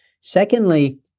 Secondly